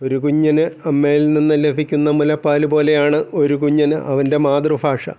ഒരു കുഞ്ഞിന് അമ്മയിൽ നിന്ന് ലഭിക്കുന്ന മുലപ്പാല് പോലെയാണ് ഒരു കുഞ്ഞിന് അവൻ്റെ മാതൃഭാഷ